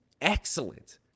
excellent